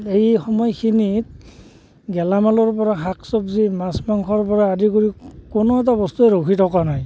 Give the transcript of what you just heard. এই সময়খিনিত গেলামালৰ পৰা শাক চব্জি মাছ মাংসৰ পৰা আদি কৰি কোনো এটা বস্তুৱে ৰখি থকা নাই